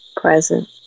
present